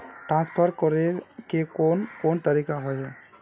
Transfer करे के कोन कोन तरीका होय है?